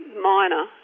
minor